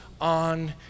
on